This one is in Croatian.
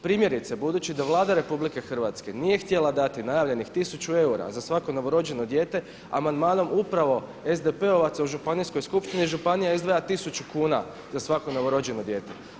Primjerice budući da Vlada RH nije htjela dati najavljenih 1000 eura za svako novorođeno dijete amandmanom upravo SDP-ovaca u županijskoj skupštini županija izdvaja 1000 kuna za svako novorođeno dijete.